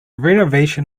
renovation